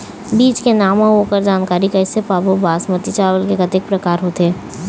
बीज के नाम अऊ ओकर जानकारी कैसे पाबो बासमती चावल के कतेक प्रकार होथे?